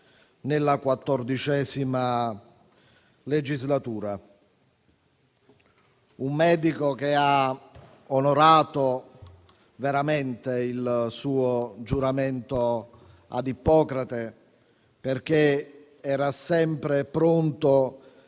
nella XIV legislatura. Un medico che ha onorato veramente il suo giuramento ad Ippocrate, perché era sempre pronto